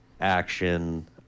action